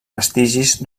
vestigis